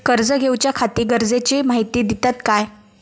कर्ज घेऊच्याखाती गरजेची माहिती दितात काय?